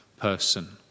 person